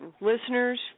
Listeners